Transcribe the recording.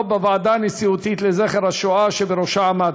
בוועדה הנשיאותית לזכר השואה שבראשה עמד.